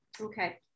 Okay